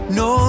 no